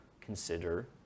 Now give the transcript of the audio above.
consider